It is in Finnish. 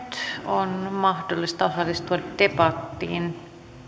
on mahdollista osallistua debattiin